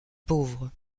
pauvre